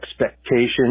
Expectations